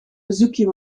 bezoekje